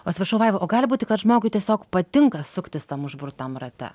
atsiprašau vaiva o gali būti kad žmogui tiesiog patinka suktis tam užburtam rate